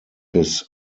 his